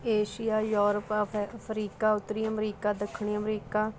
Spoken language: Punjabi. ਏਸ਼ੀਆ ਯੂਰਪ ਐ ਅਫਰੀਕਾ ਉੱਤਰੀ ਅਮਰੀਕਾ ਦੱਖਣੀ ਅਮਰੀਕਾ